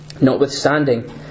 Notwithstanding